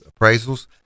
appraisals